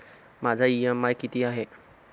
माझा इ.एम.आय किती आहे?